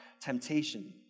temptation